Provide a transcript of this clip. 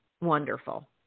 wonderful